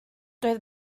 doedd